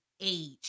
age